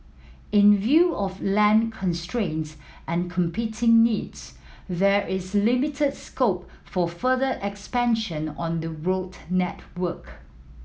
in view of land constraints and competing needs there is limited scope for further expansion on the road network